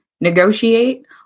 negotiate